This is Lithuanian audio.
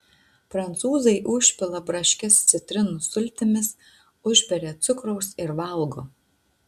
prancūzai užpila braškes citrinų sultimis užberia cukraus ir valgo